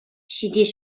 ҫитес